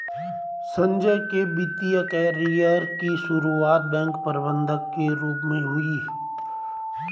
संजय के वित्तिय कैरियर की सुरुआत बैंक प्रबंधक के रूप में हुई